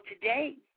today